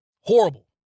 Horrible